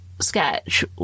sketch